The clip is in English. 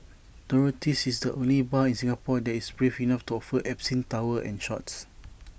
Dorothy's is the only bar in Singapore that is brave enough to offer absinthe towers and shots